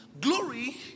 Glory